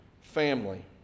family